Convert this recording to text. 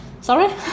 sorry